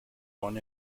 born